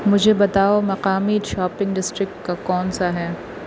مجھے بتاؤ مقامی شاپنگ ڈسٹرکٹ کا کون سا ہے